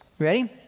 Ready